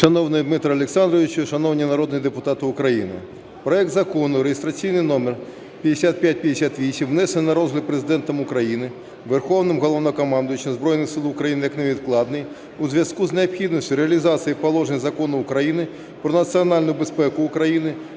Шановний Дмитре Олександровичу, шановні народні депутати України! Проект Закону реєстраційний номер 5558, внесений на розгляд Президентом України Верховним Головнокомандувачем Збройних Сил України як невідкладний, у зв'язку з необхідністю реалізацій положень Закону України "Про національну безпеку України",